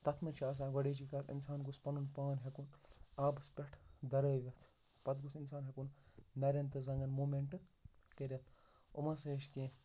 تَتھ منٛز چھِ آسان گۄڈٕنِچی کَتھ اِنسان گوٚژھ پَنُن پان ہٮ۪کُن آبَس پٮ۪ٹھ دَرٲوِتھ پَتہٕ گوٚژھ اِنسان ہٮ۪کُن نَرٮ۪ن تہٕ زَنٛگَن موٗمینٛٹ کٔرِتھ یِمن سۭتۍ چھِ کینٛہہ